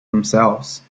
themselves